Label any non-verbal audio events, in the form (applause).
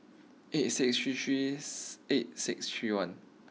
eight six three three (unintelligible) eight six three one